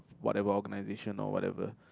whatever organisation or whatever